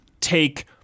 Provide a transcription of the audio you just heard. take